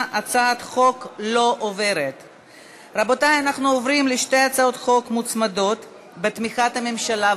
ההצעה להסיר מסדר-היום את הצעת חוק חסינות חברי הכנסת,